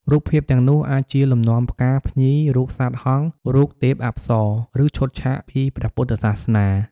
រូបភាពទាំងនោះអាចជាលំនាំផ្កា ភ្ញី រូបសត្វហង្ស រូបទេពអប្សរ ឬឈុតឆាកពីព្រះពុទ្ធសាសនា។